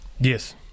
yes